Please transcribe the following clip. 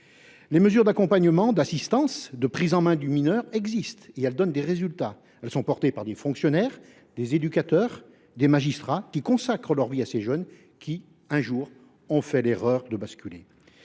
Les mesures d’accompagnement, d’assistance, de prise en main du mineur existent et donnent des résultats. Elles sont portées par des fonctionnaires, des éducateurs, des magistrats consacrant leur vie à ces jeunes qui, un jour, ont fait l’erreur de basculer.